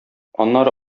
аннары